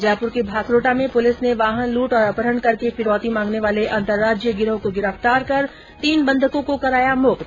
जयप्र के भांकरोटा में पुलिस ने वाहन लूटने और अपहरण करके फिरौती मांगने वाले अंतर्राज्यीय गिरोह को गिरफ्तार कर तीन बंधकों को कराया मुक्त